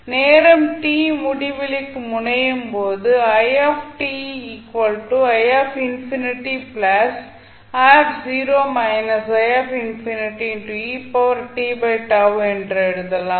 நேரம் t முடிவிலிக்கு முனையும் போது என்று எழுதலாம்